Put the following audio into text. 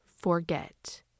forget